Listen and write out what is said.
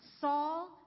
Saul